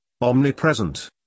omnipresent